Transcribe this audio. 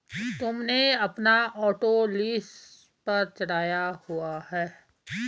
तुमने अपना auto lease पर चढ़ाया हुआ है?